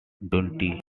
dundee